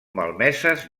malmeses